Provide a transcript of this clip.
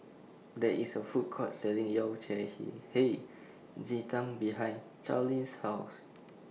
There IS A Food Court Selling Yao Cai Hei Ji Tang behind Charleen's House